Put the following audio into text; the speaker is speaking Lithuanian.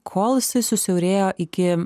kol jisai susiaurėjo iki